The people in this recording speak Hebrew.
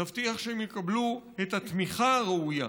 נבטיח שהם יקבלו את התמיכה הראויה.